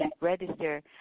register